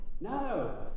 No